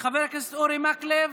חבר הכנסת אורי מקלב,